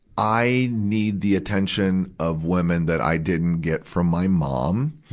i need the attention of women that i didn't get from my mom.